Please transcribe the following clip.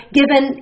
given